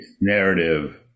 narrative